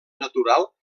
natural